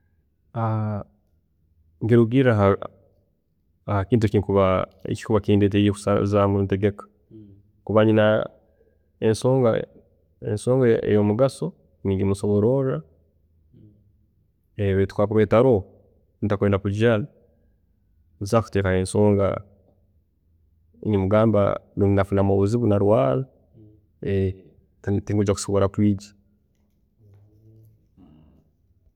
nikirugiirra hakintu ekikuba kindetiire kusazaamu entegeka. Kuba nyina ensonga eyomugaso ningimusobororra, beitu kakuba etaroho, ntakwenda kujyaayo, nsobola kuteekaho ensonga, nimugamba nafunamu obuzibu narwaara ehh tinkujya kusobola kwiija